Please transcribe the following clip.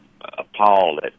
appalled